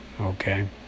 Okay